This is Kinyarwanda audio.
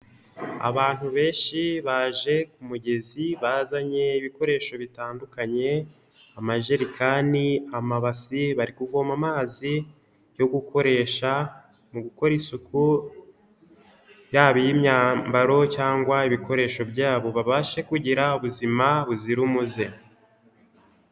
Abantu benshi baje ku mugezi bazanye ibikoresho bitandukanye amajerekani, amabasi, bari kuvoma amazi yo gukoresha mu gukora isuku yaba iy'imyambaro cyangwa ibikoresho byabo babashe kugira ubuzima buzira umuze.